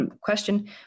question